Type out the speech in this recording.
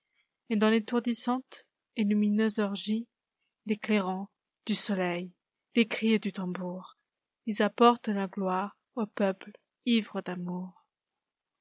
et dans l'étourdissante et lumineuse orgiedes clairons du soleil des cris et du tambour ils apportent la gloire au peuple ivre d'amour